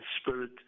spirit